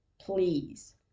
please